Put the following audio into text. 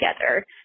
together